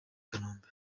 kanombe